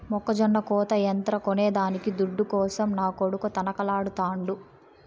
మొక్కజొన్న కోత యంత్రం కొనేదానికి దుడ్డు కోసం నా కొడుకు తనకలాడుతాండు